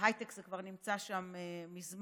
בהייטק זה כבר נמצא שם מזמן,